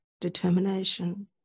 determination